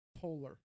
polar